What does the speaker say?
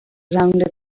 around